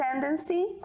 tendency